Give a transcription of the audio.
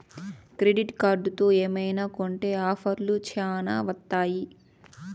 credit కార్డుతో ఏమైనా కొంటె ఆఫర్లు శ్యానా వత్తాయి